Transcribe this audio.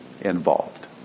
involved